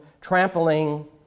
trampling